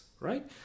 right